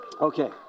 Okay